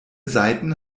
saiten